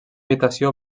habitació